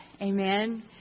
Amen